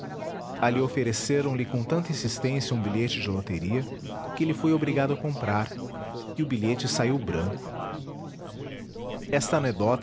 hamburgo ali ofereceram lhe com tanta instância um bilhete de loteria que ele foi obrigado a comprar e o bilhete saiu branco esta